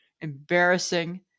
embarrassing